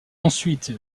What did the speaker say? ensuite